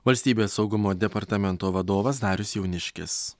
valstybės saugumo departamento vadovas darius jauniškis